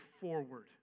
forward